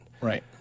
Right